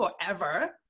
forever